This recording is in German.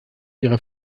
ihrer